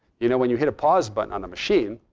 you know when you hit a pause button on a machine,